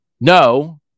No